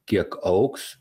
kiek augs